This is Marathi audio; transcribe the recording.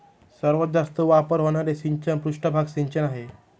सर्वात जास्त वापर होणारे सिंचन पृष्ठभाग सिंचन आहे